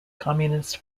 communist